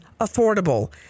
affordable